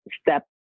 step